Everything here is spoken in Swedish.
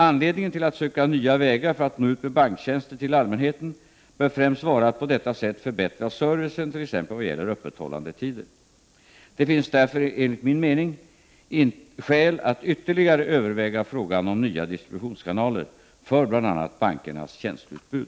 Anledningen till att söka nya vägar för att nå ut med banktjänster till allmänheten bör främst vara att på detta sätt förbättra servicen t.ex. vad gäller öppethållandetider. Det finns därför enligt min mening skäl att ytterligare överväga frågan om nya distributionskanaler för bl.a. bankernas tjänsteutbud.